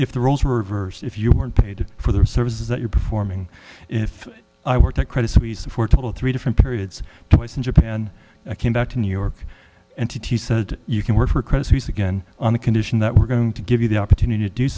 if the roles were reversed if you weren't paid for their services that you're performing if i worked at credit suisse of four to three different periods twice in japan i came back to new york and t said you can work for credit suisse again on the condition that we're going to give you the opportunity to do